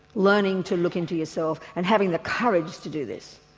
learning to look into yourself and having the courage to do this.